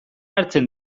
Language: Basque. hartzen